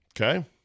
okay